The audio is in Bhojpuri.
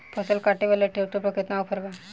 फसल काटे वाला ट्रैक्टर पर केतना ऑफर बा?